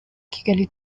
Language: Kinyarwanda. kigali